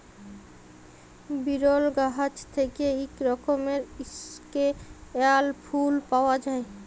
বিরল গাহাচ থ্যাইকে ইক রকমের ইস্কেয়াল ফুল পাউয়া যায়